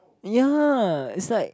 ya is like